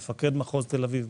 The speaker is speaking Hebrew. מפקד מחוז תל-אביב,